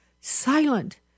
silent